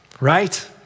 right